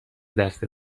دست